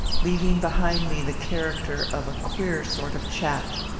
leaving behind me the character of a queer sort of chap.